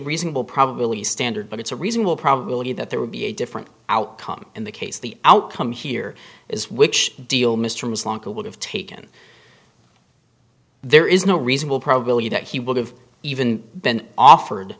reasonable probability standard but it's a reasonable probability that there would be a different outcome in the case the outcome here is which deal mr ms longer would have taken there is no reasonable probability that he would have even been offered